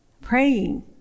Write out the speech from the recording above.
Praying